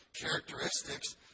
characteristics